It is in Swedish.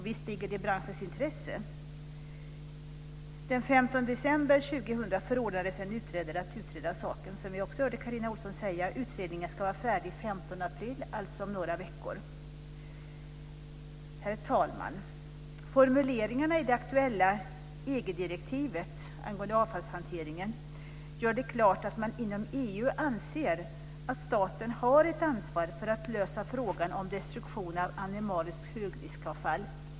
Visst ligger det också i branschens intresse. Den 15 december 2000 förordnades en utredning att utreda saken, som Carina Ohlsson också sagt. Utredningen ska vara färdig den 15 april, alltså om några veckor. Herr talman! Formuleringarna i det aktuella EG direktivet angående avfallshanteringen gör klart att man inom EU anser att staten har ett ansvar för att lösa frågan om destruktion av animaliskt högriskavfall.